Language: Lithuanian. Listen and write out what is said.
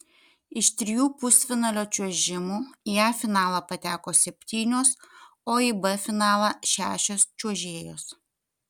iš trijų pusfinalio čiuožimų į a finalą pateko septynios o į b finalą šešios čiuožėjos